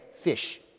fish